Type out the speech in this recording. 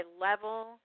level